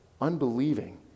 unbelieving